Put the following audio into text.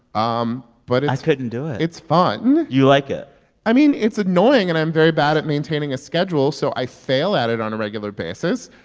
um but it's. i couldn't do it it's fun you like it i mean, it's annoying. and i'm very bad at maintaining a schedule, so i fail at it on a regular basis.